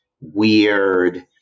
weird